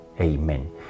Amen